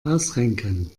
ausrenken